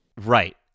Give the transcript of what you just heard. Right